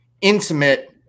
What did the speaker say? intimate